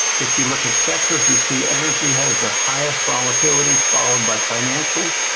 if you look at sectors, you see energy has the highest volatility, followed by financials.